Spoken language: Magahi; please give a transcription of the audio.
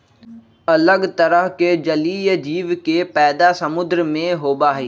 अलग तरह के जलीय जीव के पैदा समुद्र में होबा हई